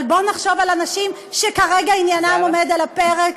אבל בוא נחשוב על הנשים שכרגע עניינן עומד על הפרק.